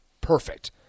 perfect